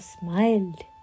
smiled